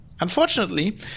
Unfortunately